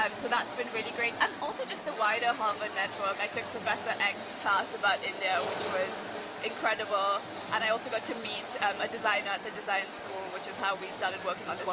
um so that's been really great and also just the wider harvard network, i took professor eck's class about india, which was incredible and i also got to meet a designer at the design school which is how we started working on